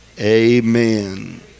amen